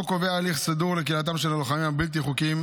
החוק קובע הליך סדור לכליאתם של הלוחמים הבלתי-חוקיים,